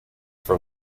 from